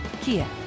Kia